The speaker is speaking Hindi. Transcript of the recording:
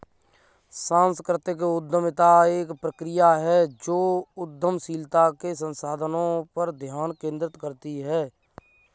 सांस्कृतिक उद्यमिता एक प्रक्रिया है जो उद्यमशीलता के संसाधनों पर ध्यान केंद्रित करती है